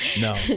No